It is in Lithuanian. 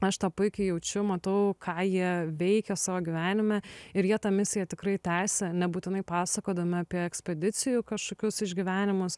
aš tą puikiai jaučiu matau ką jie veikia savo gyvenime ir jie tą misiją tikrai tęsia nebūtinai pasakodami apie ekspedicijų kažkokius išgyvenimus